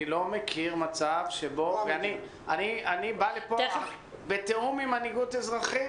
אני לא מכיר מצב שבו אני בא לפה בתיאום עם מנהיגות אזרחית,